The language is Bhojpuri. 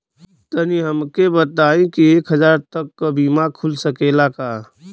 तनि हमके इ बताईं की एक हजार तक क बीमा खुल सकेला का?